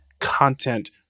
content